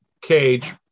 Cage